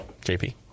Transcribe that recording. JP